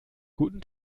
guten